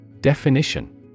Definition